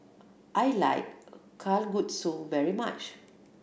I like Kalguksu very much